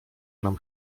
nam